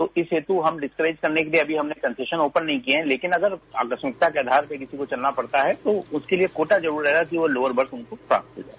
तो इस हेतु हम डिस्करेज करने के लिये यदि हमने कसेशन ओपन नहीं किये हैं लेकिन अगर आकस्मिकता के आघार पर किसी को चलना पड़ता है तो उसके लिए कोटा जरूर रहेगा कि वो लोअर बर्थ उनको प्राप्त हो जाए